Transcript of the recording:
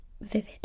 vivid